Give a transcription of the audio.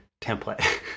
template